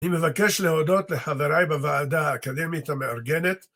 אני מבקש להודות לחבריי בוועדה האקדמית המארגנת.